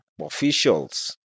officials